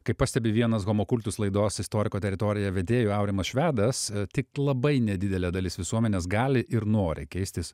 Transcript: kaip pastebi vienas homo kultus laidos istoriko teritorija vedėjų aurimas švedas tik labai nedidelė dalis visuomenės gali ir nori keistis